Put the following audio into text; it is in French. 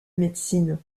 médecine